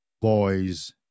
boys